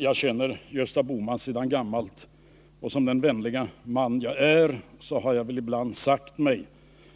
Jag känner Gösta Bohman sedan gammalt. Som den vänlige man jag är har jag ibland sagt mig